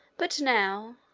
but now,